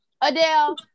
Adele